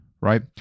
right